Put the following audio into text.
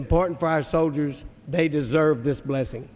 important for our soldiers they deserve this blessing